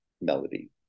melody